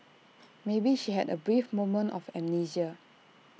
maybe she had A brief moment of amnesia